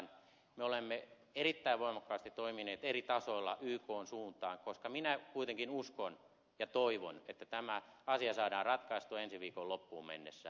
me olemme erittäin voimakkaasti toimineet eri tasoilla ykn suuntaan koska minä kuitenkin uskon ja toivon että tämä asia saadaan ratkaistua ensi viikon loppuun mennessä